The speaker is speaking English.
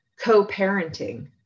co-parenting